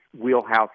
wheelhouse